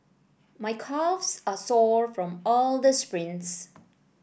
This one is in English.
my calves are sore from all the sprints